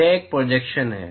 यह एक प्रोजेक्शन है